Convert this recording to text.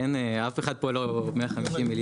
אין אף אחד פה לא 150 מיליארד.